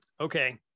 okay